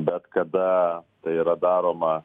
bet kada tai yra daroma